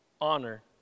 honor